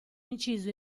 inciso